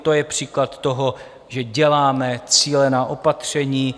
To je příklad toho, že děláme cílená opatření.